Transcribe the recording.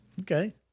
Okay